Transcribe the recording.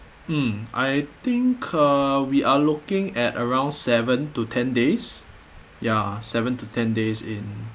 hmm I think uh we are looking at around seven to ten days ya seven to ten days in